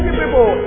people